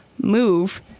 Move